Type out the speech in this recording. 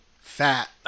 fat